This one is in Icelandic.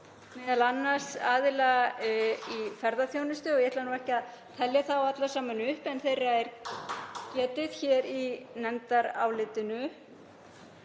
m.a. aðila í ferðaþjónustu, og ég ætla ekki að telja þá alla saman upp en þeirra er getið í nefndarálitinu.